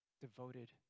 devoted